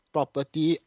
Property